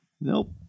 Nope